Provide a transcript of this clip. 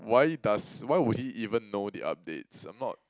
why does why would he even know the updates I'm not